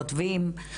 כותבים,